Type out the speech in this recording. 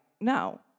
no